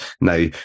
Now